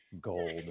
gold